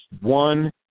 one